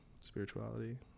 spirituality